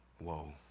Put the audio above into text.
Whoa